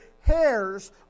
hairs